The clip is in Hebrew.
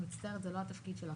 אני מצטערת, זה לא התפקיד שלה.